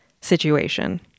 situation